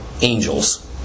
angels